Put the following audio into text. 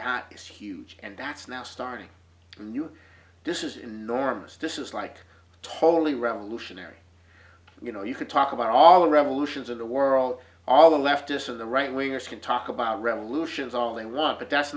that is huge and that's now starting anew this is enormous this is like totally revolutionary you know you could talk about all the revolutions of the world all the leftists of the right wingers can talk about revolutions all they want but that's